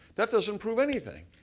that doesn't prove anything.